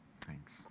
Thanks